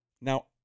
Now